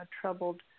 troubled